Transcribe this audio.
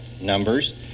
numbers